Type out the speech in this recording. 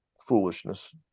foolishness